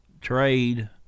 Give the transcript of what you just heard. trade –